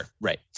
right